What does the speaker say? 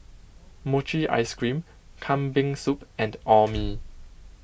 Mochi Ice Cream Kambing Soup and Orh Nee